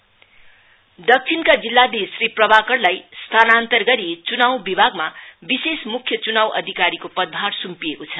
office order दक्षिणका जिल्लाधीश श्री प्रभाकरलाई स्थानान्तर गरी चुनाव विभागमा विशेष मुख्य चुनाव अधिताकीको पदभार सुम्पिएको छ